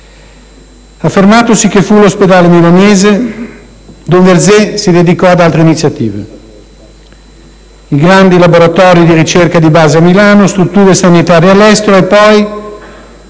Affermatosi che fu l'Ospedale milanese, don Verzé si dedicò ad altre iniziative: i grandi laboratori di ricerca di base a Milano, strutture sanitarie all'estero e